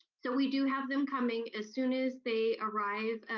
so we do have them coming. as soon as they arrive,